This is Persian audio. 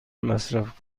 مصرف